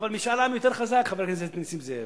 אבל משאל עם יותר חזק, חבר הכנסת נסים זאב.